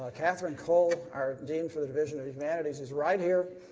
ah catherine cole, our dean for the division of humanities is right here,